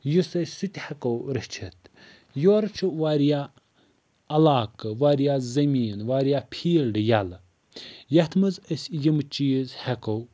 یُس أسۍ سُہ تہِ ہٮ۪کَو رٔچھِتھ یورٕ چھُ واریاہ علاقہٕ واریاہ زٔمیٖن واریاہ فیٖلڈٕ یلہٕ یَتھ منٛز أسۍ یِم چیٖز ہٮ۪کو